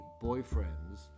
boyfriend's